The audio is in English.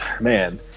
Man